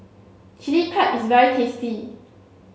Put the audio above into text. Chilli Crab is very tasty